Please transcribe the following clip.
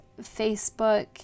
Facebook